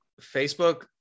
Facebook